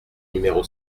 numéro